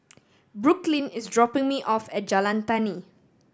Brooklyn is dropping me off at Jalan Tani